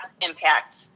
impact